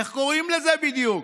איך קוראים לזה בדיוק?